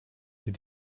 les